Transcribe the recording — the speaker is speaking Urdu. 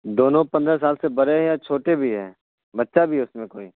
دونوں پندرہ سال سے بڑے ہیں یا چھوٹے بھی ہیں بچہ بھی ہے اس میں کوئی